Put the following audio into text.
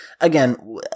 again